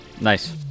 Nice